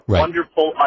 wonderful